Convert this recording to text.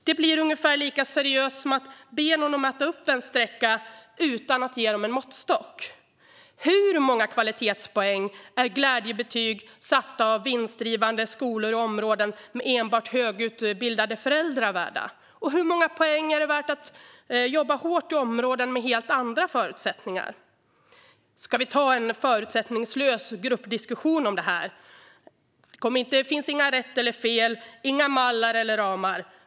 Det blir ungefär lika seriöst som att be någon mäta en sträcka utan att ge personen en måttstock. Hur många kvalitetspoäng är glädjebetyg satta av vinstdrivande skolor i områden med enbart högutbildade föräldrar värda? Och hur många poäng är det värt att jobba hårt i områden med helt andra förutsättningar? Ska vi ta en förutsättningslös gruppdiskussion om detta? Kom ihåg att det inte finns några rätt och fel, inga mallar eller ramar.